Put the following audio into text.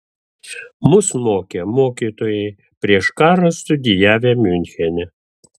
mus mokė mokytojai prieš karą studijavę miunchene